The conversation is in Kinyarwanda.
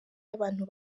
y’abantu